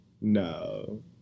No